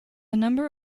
number